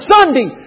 Sunday